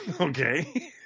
Okay